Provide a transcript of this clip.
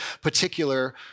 particular